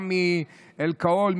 מאלכוהול,